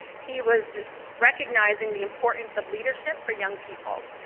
he was recognizing the importance of leadership for young people,